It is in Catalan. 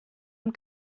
amb